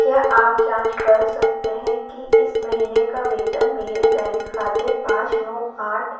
क्या आप जाँच कर सकते हैं कि इस महीने का वेतन मेरे बैंक खाते पाँच नौ आठ